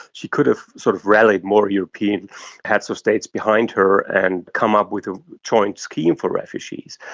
she could have sort of rallied more european heads of states behind her and come up with a joint scheme for refugees.